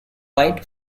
white